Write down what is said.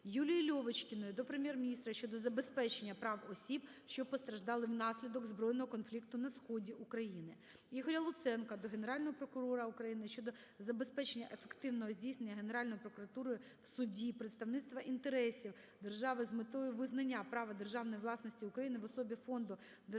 ЮліїЛьовочкіної до Прем'єр-міністра щодо забезпечення прав осіб, що постраждали внаслідок збройного конфлікту на Сході України. Ігоря Луценка до Генерального прокурора України щодо забезпечення ефективного здійснення Генеральною прокуратурою в суді представництва інтересів держави з метою визнання права державної власності України в особі Фонду державного